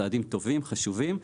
צעדים טובים וחשובים,